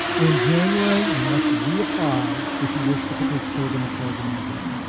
in january, you must reapply if you wish to participate in the program again